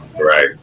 Right